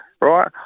right